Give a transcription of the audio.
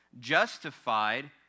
justified